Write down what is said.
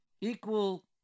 equal